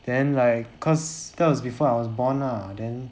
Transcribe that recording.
then like cause that was before I was born lah then